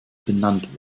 benannt